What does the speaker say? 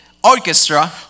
orchestra